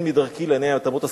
לא מדרכי להניע את אמות הספים.